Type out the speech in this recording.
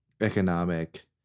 economic